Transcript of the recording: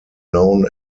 known